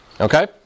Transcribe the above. Okay